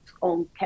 on